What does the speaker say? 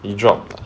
it drop